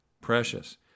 precious